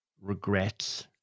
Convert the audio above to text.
regrets